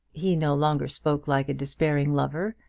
he no longer spoke like a despairing lover.